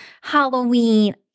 halloween